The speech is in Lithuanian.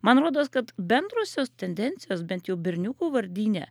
man rodos kad bendrosios tendencijos bent jau berniukų vardyne